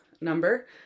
number